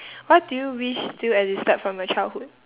what do you wish still existed from your childhood